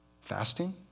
Fasting